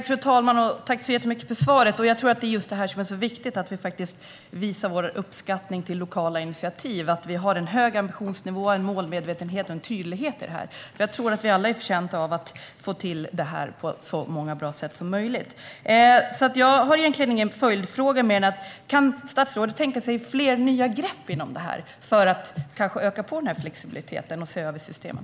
Fru talman! Tack för svaret! Det är viktigt att vi visar vår uppskattning för lokala initiativ. Det ska finnas en hög ambitionsnivå, en målmedvetenhet och tydlighet i detta. Vi är alla förtjänta av att få till detta på så många bra sätt som möjligt. Jag har egentligen ingen följdfråga, men jag kan ändå fråga följande: Kan statsrådet tänka sig fler nya grepp för att öka flexibiliteten och se över systemen?